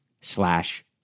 slash